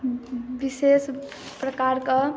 विशेष प्रकार के